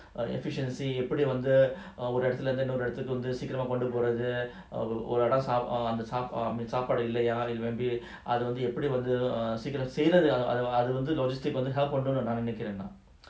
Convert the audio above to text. err efficiency எப்படிவந்துஒருஇடத்துலஇருந்துஇன்னொருஇடத்துக்குகொஞ்சம்சீக்கிரமாகொண்டுபோறது:epdi vandhu oru idathula irunthu innoru idathuku konjam seekirama kondu porathu err அதுவந்துஎப்படிவந்து:adhu vandhu epdi vandhu help நான்நெனைக்கிறேன்நான்:nan nenaikren nan